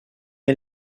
est